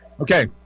Okay